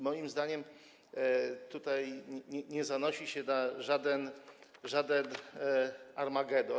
Moim zdaniem tutaj nie zanosi się na żaden armagedon.